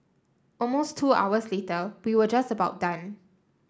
almost two hours later we were just about done